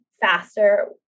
faster